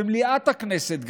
במליאת הכנסת גם,